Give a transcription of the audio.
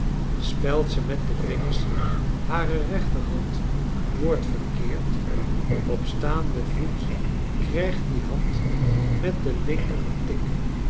ze met de vingers harer rechterhatteen woord verkeerd op staanden voet krijgt die hand met de linker een tik